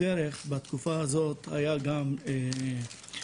בדרך בתקופה הזו היה גם פסח,